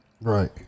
Right